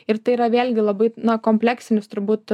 ir tai yra vėlgi labai na kompleksinis turbūt